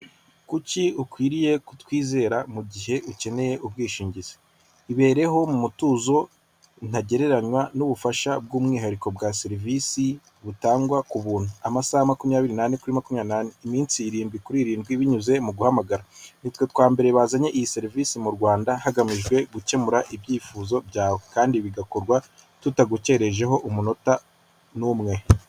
Kuki ukwiriye kutwizera mu gihe ukeneye ubwishingizi? Ibereho mu mutuzo ntagereranywa n'ubufasha bw'umwihariko bwa serivisi butangwa ku buntu amasaha makumyabiri n'ane kuri makumya n'ane, iminsi irindwi kuri irindwi binyuze mu guhamagara. Nitwe bambere twazanye iyi serivisi mu Rwanda hagamijwe gukemura ibyifuzo byawe kandi bigakorwa tutagukerejeho umunota n'umwe.